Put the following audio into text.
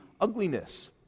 ugliness